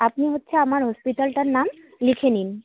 আপনি হচ্ছে আমার হসপিটালটার নাম লিখে নিন